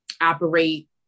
operate